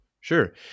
Sure